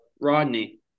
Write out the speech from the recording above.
Rodney